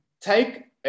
take